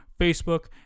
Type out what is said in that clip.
facebook